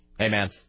Amen